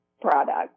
product